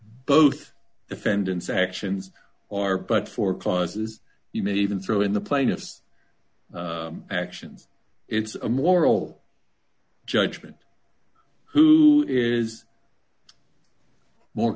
both defendants actions are but for clauses you may even throw in the plaintiff's actions it's a moral judgment who is more